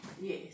Yes